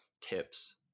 tips